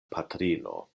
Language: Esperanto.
patrino